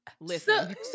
listen